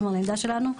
כלומר לעמדה שלנו,